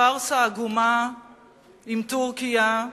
הפארסה העגומה עם טורקיה.